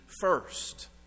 first